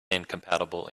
incompatible